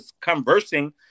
conversing